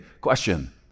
question